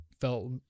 felt